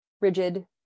rigid